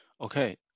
okay